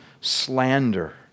slander